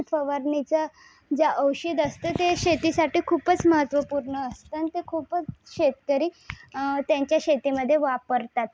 यांनी फवारणीचं ज्या औषध असतं ते शेती साठी खूपच महत्त्वपूर्ण असतं आणि ते खूपच शेतकरी त्यांच्या शेतीमध्ये वापरतात